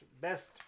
best